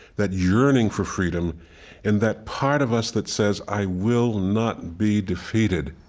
that yearning for freedom and that part of us that says, i will not be defeated.